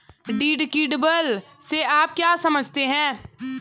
Deductible से आप क्या समझते हैं?